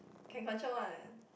can control one